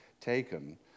taken